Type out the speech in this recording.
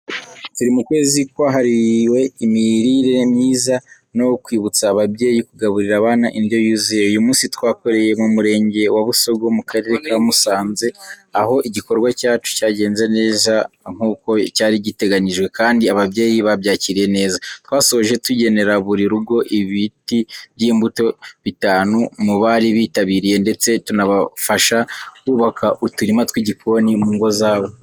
Turi mu kwezi kwahariwe imirire myiza no kwibutsa ababyeyi kugaburira abana indyo yuzuye. Uyu munsi twakoreye mu murenge wa Busogo, mu karere ka Musanze, aho igikorwa cyacu cyagenze neza nk’uko cyari giteganyijwe kandi ababyeyi babyakiriye neza. Twasoje tugenera buri rugo ibiti by’imbuto bitanu mu bari bitabiriye, ndetse tunabafasha kubaka uturima tw’igikoni mu ngo zabo.